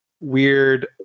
weird